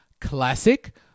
classic